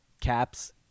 Cap's